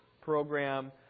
program